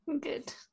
good